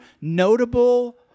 notable